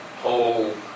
whole